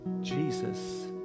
Jesus